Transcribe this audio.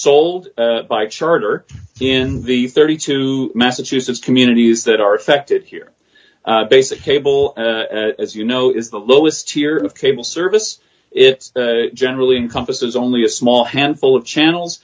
sold by charter in the thirty two massachusetts communities that are affected here basic cable as you know is the lowest tier of cable service it generally encompasses only a small handful of channels